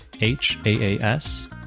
H-A-A-S